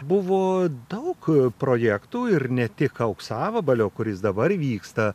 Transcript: buvo daug projektų ir ne tik auksavabalio kuris dabar vyksta